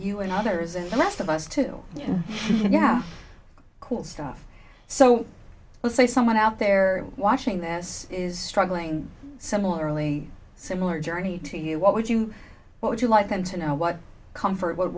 you and others and the rest of us too yeah cool stuff so let's say someone out there watching this is struggling similarly similar journey to you what would you what would you like